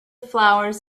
flowers